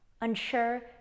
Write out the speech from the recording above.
Unsure